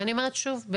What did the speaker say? ואני אומרת שוב,